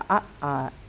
art are